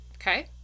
Okay